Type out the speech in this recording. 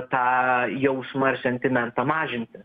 tą jausmą ir sentimentą mažinti